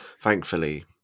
thankfully